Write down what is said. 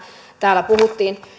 täällä puhuttiin